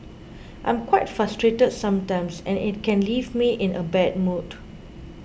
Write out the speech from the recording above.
I am quite frustrated sometimes and it can leave me in a bad mood